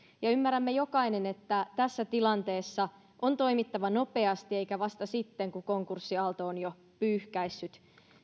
ymmärrämme jokainen että tässä tilanteessa on toimittava nopeasti eikä vasta sitten kun konkurssiaalto on jo pyyhkäissyt